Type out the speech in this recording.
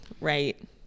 Right